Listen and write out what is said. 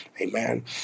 Amen